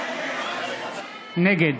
נגד